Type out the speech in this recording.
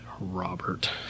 Robert